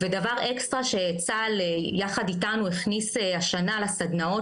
ודבר אקסטרה שצה"ל יחד איתנו הכניס השנה לסדנאות